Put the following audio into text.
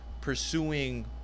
pursuing –